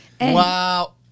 Wow